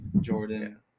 Jordan